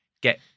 get